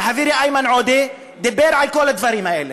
וחברי איימן עודה דיבר על כל הדברים האלה.